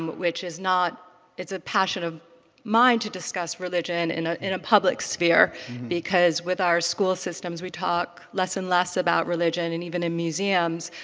which is not it's a passion of mine to discuss religion in ah in a public sphere because with our school systems we talk less and less about religion and even in museums.